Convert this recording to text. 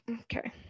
okay